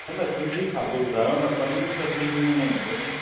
न न सिंधी खाधो ॿुधायो न पनीर त सिंधियुनि में न ईंदो न